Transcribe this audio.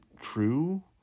true